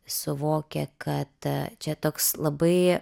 suvokia kad čia toks labai